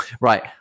right